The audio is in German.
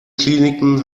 kliniken